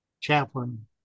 chaplain